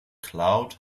cloud